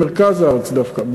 במרכז הארץ דווקא,